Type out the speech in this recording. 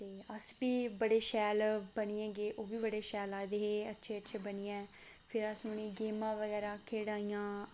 ते अस बी बड़े शैल बनियै गे उब्भी बड़े शैल आए दे हे अच्छे अच्छे बनियै फिर असें उ'नें गी गेमां बगैरा खढ़ाइयां